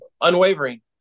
unwavering